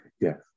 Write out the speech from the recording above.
yes